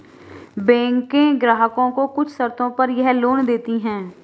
बैकें ग्राहकों को कुछ शर्तों पर यह लोन देतीं हैं